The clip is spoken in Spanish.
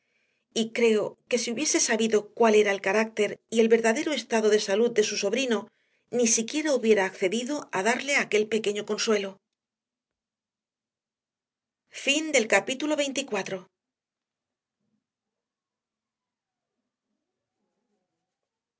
y creo que si hubiese sabido cuál era el carácter y el verdadero estado de salud de su sobrino ni siquiera hubiera accedido a darle aquel pequeño consuelo capítulo